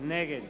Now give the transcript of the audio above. נגד